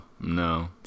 No